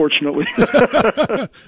unfortunately